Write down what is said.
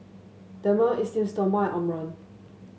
Dermale Esteem Stoma Omron